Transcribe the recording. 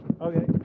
Okay